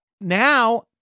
now